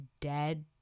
dead